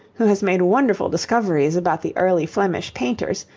who has made wonderful discoveries about the early flemish painters,